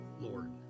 Lord